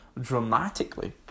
dramatically